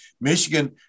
Michigan